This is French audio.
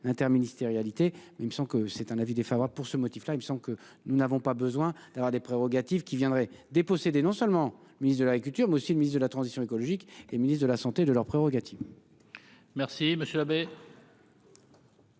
interministérialité, il me semble que c'est un avis défavorable pour ce motif là il me semble que nous n'avons pas besoin d'avoir des prérogatives qui viendrait dépossédé non seulement le ministre de l'agriculture mais aussi le ministre de la transition écologique et ministre de la santé de leurs prérogatives. Merci monsieur l'abbé.